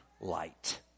light